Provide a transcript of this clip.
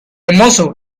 hermoso